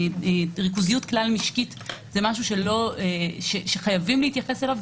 ריכוזיות כלל משקית זה משהו שחייבים להתייחס אליו.